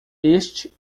este